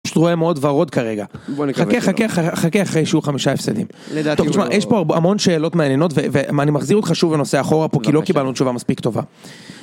פשוט רואה מאוד ורוד כרגע. חכה חכה חכה אחרי שיהיו חמישה הפסדים. יש פה המון שאלות מעניינות ואני מחזיר אותך שוב לנושא אחורה פה כי לא קיבלנו תשובה מספיק טובה.